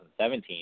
2017